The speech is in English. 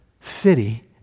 city